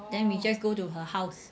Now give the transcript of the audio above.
then we just go to her house